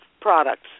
products